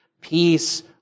peace